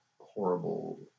horrible